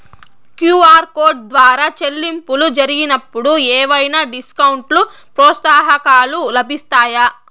QR code ద్వారా చెల్లింపులు జరిగినప్పుడు ఏవైనా డిస్కౌంట్ లు, ప్రోత్సాహకాలు లభిస్తాయా?